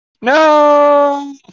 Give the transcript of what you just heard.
No